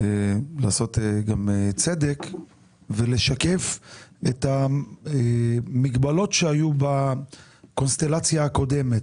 לעשות גם צדק ולשקף את המגבלות שהיו בקונסטלציה הקודמת.